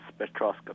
spectroscopy